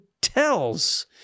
tells